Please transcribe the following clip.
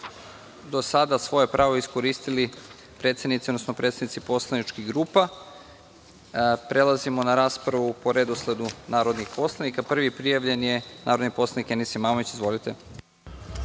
do sada svoje pravo iskoristili predsednici, odnosno predstavnici poslaničkih grupa, prelazimo na raspravu po redosledu narodnih poslanika. Prvi prijavljeni je narodni poslanik Enis Imamović. Izvolite.